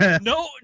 No